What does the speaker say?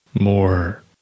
More